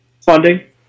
funding